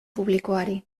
publikoari